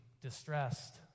distressed